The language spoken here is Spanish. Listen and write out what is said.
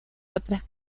otras